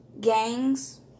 gangs